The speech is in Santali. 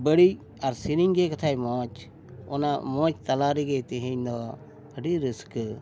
ᱵᱟᱹᱲᱤᱡ ᱟᱨ ᱥᱮᱨᱮᱧ ᱜᱮ ᱠᱟᱛᱷᱟᱡ ᱢᱚᱡᱽ ᱚᱱᱟ ᱢᱚᱡᱽ ᱛᱟᱞᱟ ᱨᱮᱜᱮ ᱛᱮᱦᱮᱧ ᱫᱚ ᱟᱹᱰᱤ ᱨᱟᱹᱥᱠᱟᱹ